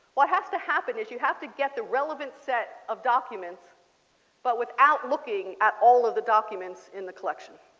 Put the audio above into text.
what has to happen is you have to get the relevant set of documents but without looking at all of the documents in the collection.